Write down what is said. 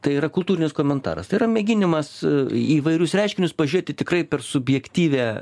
tai yra kultūrinis komentaras tai yra mėginimas įvairius reiškinius pažėti tikrai per subjektyvią